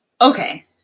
Okay